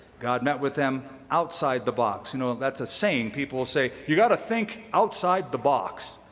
god met with them outside the box. you know, that's a saying, people will say, you gotta think outside the box.